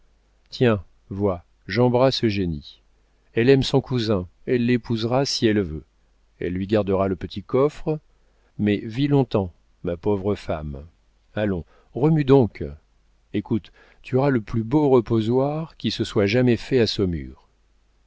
tiens vois j'embrasse eugénie elle aime son cousin elle l'épousera si elle veut elle lui gardera le petit coffre mais vis longtemps ma pauvre femme allons remue donc écoute tu auras le plus beau reposoir qui se soit jamais fait à saumur